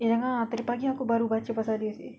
ya ah tadi pagi aku baru baca pasal dia seh